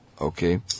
Okay